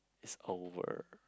it's over